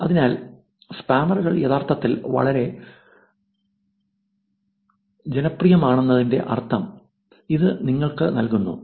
അതിനാൽ സ്പാമറുകൾ യഥാർത്ഥത്തിൽ വളരെ ജനപ്രിയമാണെന്നതിന്റെ അർത്ഥം ഇത് നിങ്ങൾക്ക് നൽകുന്നു